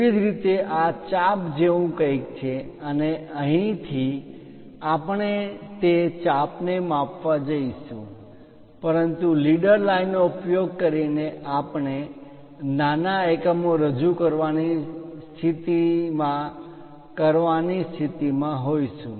તેવી જ રીતે આ ચાપ જેવું કંઈક છે અને અહીંથી આપણે તે ચાપ ને માપવા જઈશું પરંતુ લીડર લાઈન નો ઉપયોગ કરીને આપણે નાના એકમો રજુ કરવાની સ્થિતિમાં કરવાની સ્થિતિમાં હોઈશું